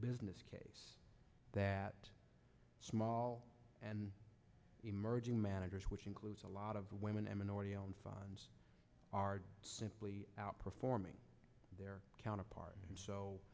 business case that small and emerging managers which includes a lot of women and minority owned funds are simply outperforming their counterpart